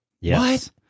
Yes